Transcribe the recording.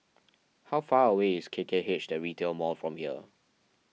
how far away is K K H the Retail Mall from here